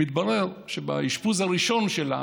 מתברר שבאשפוז הראשון שלה,